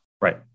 Right